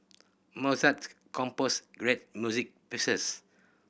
Mozart composed great music pieces